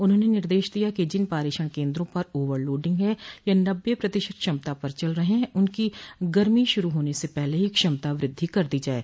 उन्होंने निर्देश दिया कि जिन पारेषण केन्द्रों पर ओवर लोडिंग है या नब्बे प्रतिशत क्षमता पर चल रहे हैं उनकी गर्मी शुरू होने से पहले ही क्षमता वृद्धि कर दी जाये